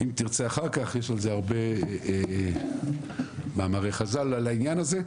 אם תרצה אחר כך יש על זה הרבה מאמרי חז"ל על העניין הזה.